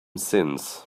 since